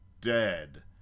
dead